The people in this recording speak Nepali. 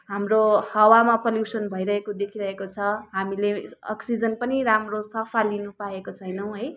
हाम्रो हावामा पल्युसन भइरहेको देखिरहेको छ हामीले आक्सिजन पनि राम्रो सफा लिनु पाएको छैनौँ है